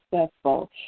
successful